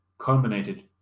culminated